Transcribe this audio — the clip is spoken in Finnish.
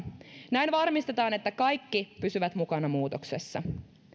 näin varmistetaan että kaikki pysyvät mukana muutoksessa